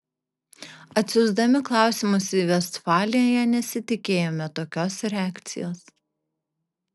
atsiųsdami klausimus į vestfaliją nesitikėjome tokios reakcijos